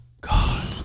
god